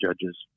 judges